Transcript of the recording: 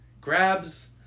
grabs